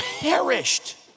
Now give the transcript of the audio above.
perished